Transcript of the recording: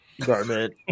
garment